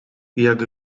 jak